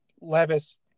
Levis